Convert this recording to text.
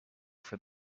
for